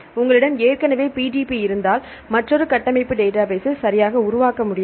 உங்களிடம் ஏற்கனவே PDB இருந்தால் மற்றொரு கட்டமைப்பு டேட்டாபேஸ்ஸை சரியாக உருவாக்க முடியாது